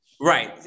Right